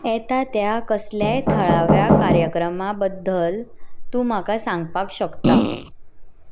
येता त्या कसल्याय थळाव्या कार्यक्रमां बद्दल तूं म्हाका सांगपाक शकता